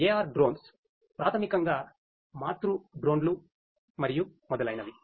AR drones ప్రాథమికంగా మాతృ డ్రోన్లు మరియు మొదలైనవి